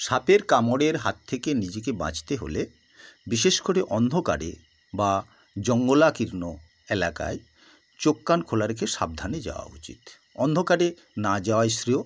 সাপের কামড়ের হাত থেকে নিজেকে বাঁচতে হলে বিশেষ করে অন্ধকারে বা জঙ্গলাকীর্ণ এলাকায় চোখ কান খোলা রেখে সাবধানে যাওয়া উচিত অন্ধকারে না যাওয়াই শ্রেয়